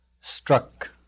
struck